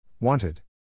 Wanted